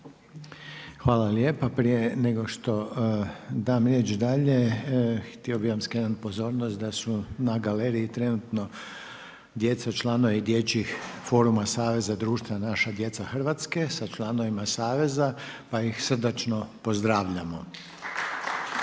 Hvala lijepa. Prije nego što dam riječ dalje, htio bi sam vam skrenuti pozornost, da su na galeriji trenutno djeca članova dječjih foruma saveza društva Naša djeca Hrvatske, sa članovima saveza, pa ih srdačno pozdravljamo